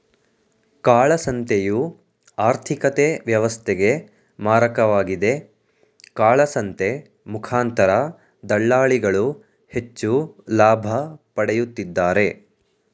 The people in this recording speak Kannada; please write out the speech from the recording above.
ಕಾಳಸಂತೆಯು ಆರ್ಥಿಕತೆ ವ್ಯವಸ್ಥೆಗೆ ಮಾರಕವಾಗಿದೆ, ಕಾಳಸಂತೆ ಮುಖಾಂತರ ದಳ್ಳಾಳಿಗಳು ಹೆಚ್ಚು ಲಾಭ ಪಡೆಯುತ್ತಿದ್ದಾರೆ